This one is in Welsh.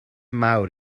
mawr